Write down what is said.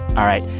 all right.